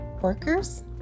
workers